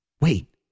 wait